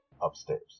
upstairs